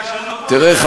תראה,